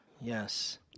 Yes